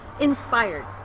inspired